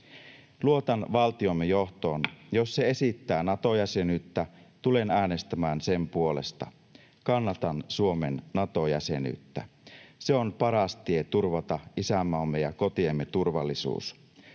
Luotan valtiomme johtoon. Jos se esittää Nato-jäsenyyttä, tulen äänestämään sen puolesta. Kannatan Suomen Nato-jäsenyyttä. Se on paras tie turvata isänmaamme ja kotiemme turvallisuus.